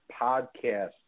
podcast